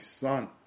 son